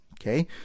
Okay